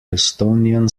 estonian